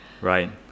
Right